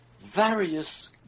various